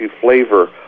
flavor